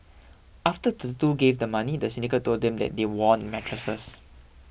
after the two gave the money the syndicate told them that they won mattresses